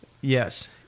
Yes